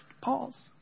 pause